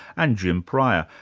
and jim pryor,